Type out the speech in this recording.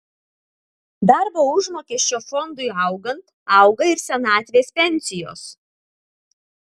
darbo užmokesčio fondui augant auga ir senatvės pensijos